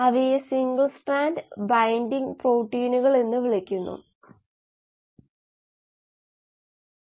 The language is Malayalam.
അതിനാൽ ഈ മാട്രിക്സ് കോശത്തിലെയും എക്സ്ട്രാ സെല്ലുലാർ ലെയും ഇൻട്രാസെല്ലുലാർലെയുംവിവിധ മെറ്റബോളിറ്റുകളിൽ മെറ്റീരിയൽ ബാലൻസ് ചെയ്തുകൊണ്ട് ലഭിച്ച സമവാക്യങ്ങളെ പ്രതിനിധീകരിക്കുന്നു